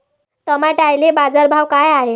टमाट्याले बाजारभाव काय हाय?